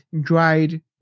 dried